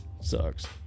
Sucks